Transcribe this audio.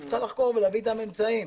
צריך לחקור ולהביא את הממצאים.